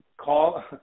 Call